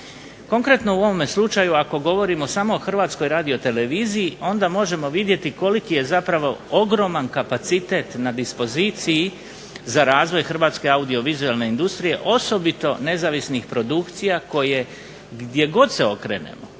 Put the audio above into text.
Konkretno u ovom slučaju ako govorimo samo o Hrvatskoj radioteleviziji onda možemo vidjeti koliki je ogroman kapacitet na dispoziciji za razvoj hrvatske audiovizualne industrije osobito nezavisnih produkcija koje gdje god se okrenemo